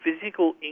physical